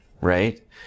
right